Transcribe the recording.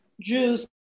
Jews